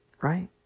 Right